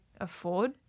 afford